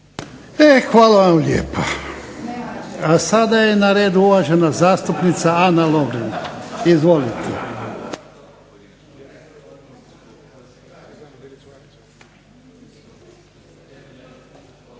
hvala vam lijepa. Sada je na redu uvažena zastupnica Ana Lovrin. Izvolite. **Lovrin,